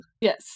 yes